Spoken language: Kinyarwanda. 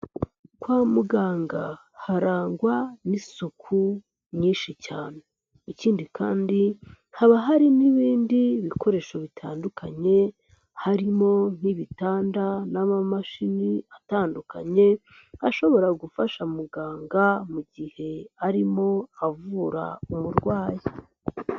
Kwa muganga harangwa n'isuku nyinshi cyane. Ikindi kandi haba hari n'ibindi bikoresho bitandukanye harimo nk'ibitanda n'amamashini atandukanye ashobora gufasha muganga mu gihe arimo avura umurwayi.